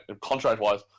contract-wise